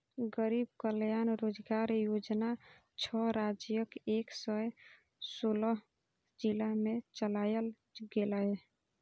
गरीब कल्याण रोजगार योजना छह राज्यक एक सय सोलह जिला मे चलायल गेलै